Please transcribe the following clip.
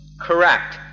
correct